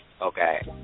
Okay